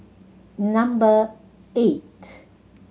number eight